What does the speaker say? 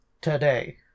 today